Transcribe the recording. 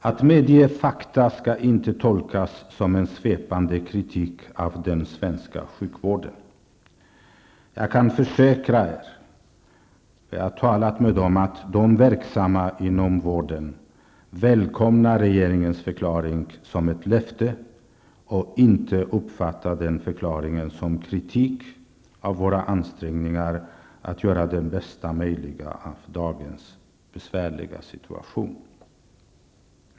Att medge fakta skall inte tolkas som en svepande kritik av den svenska sjukvården. Jag kan försäkra er att de verksamma inom vården -- jag har talat med flera -- välkomnar regeringsförklaringen och ser den som ett löfte och inte som en kritik av våra ansträngningar att göra det bästa möjliga av dagens besvärliga situation.